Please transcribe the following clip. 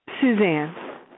Suzanne